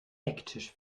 ecktisch